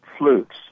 flutes